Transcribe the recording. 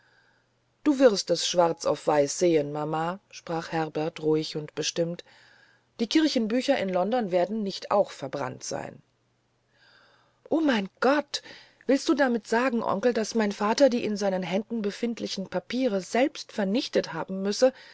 du wirst es schwarz auf weiß sehen mama sprach herbert ruhig und bestimmt die kirchenbücher in london werden nicht auch verbrannt sein o mein gott damit willst auch du sagen onkel daß mein vater die in seinen händen befindlichen papiere selbst vernichtet haben müsse